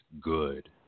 good